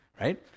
right